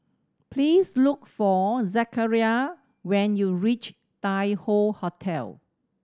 please look for Zachariah when you reach Tai Hoe Hotel